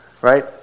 right